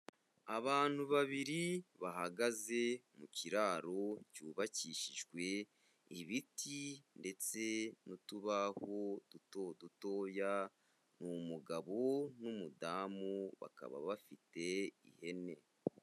Abantu babiri bahagaze mu kiraro cyubakishijwe ibiti ndetse n'utubaho duto dutoya, ni umugabo n'umudamu, bakaba bafite ihene.